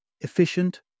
efficient